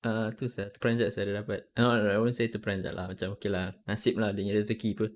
err itu pasal terperanjat sia dah dapat no no no I won't say terperanjat lah macam okay lah nasib lah ini rezeki apa